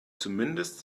zumindest